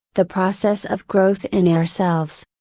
the process of growth in ourselves.